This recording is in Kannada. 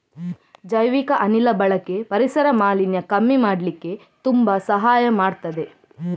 ಜೈವಿಕ ಅನಿಲ ಬಳಕೆ ಪರಿಸರ ಮಾಲಿನ್ಯ ಕಮ್ಮಿ ಮಾಡ್ಲಿಕ್ಕೆ ತುಂಬಾ ಸಹಾಯ ಮಾಡ್ತದೆ